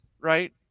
right